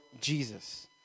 Jesus